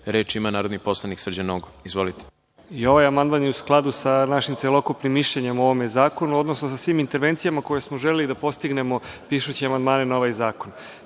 ima narodni poslanik Srđan Nogo. **Srđan Nogo** I ovaj amandman je u skladu sa našim celokupnim mišljenjem o ovom zakonu, odnosno sa svim intervencijama koje smo želeli da postignemo pišući amandmane na ovaj zakon. Mi